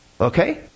Okay